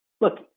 Look